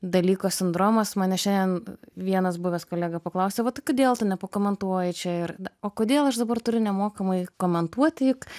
dalyko sindromas mane šiandien vienas buvęs kolega paklausė vat kodėl tu nepakomentuoji čia ir o kodėl aš dabar turiu nemokamai komentuoti juk